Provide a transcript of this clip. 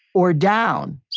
or down.